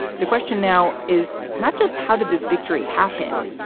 the question now is not just how did this victory happen,